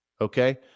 Okay